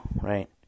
right